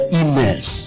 illness